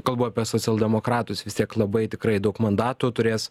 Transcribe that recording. kalbu apie socialdemokratus vis tiek labai tikrai daug mandatų turės